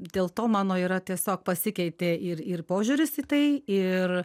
dėl to mano yra tiesiog pasikeitė ir ir požiūris į tai ir